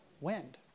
wind